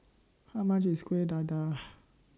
How much IS Kuih Dadar